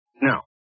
Now